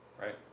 right